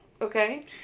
Okay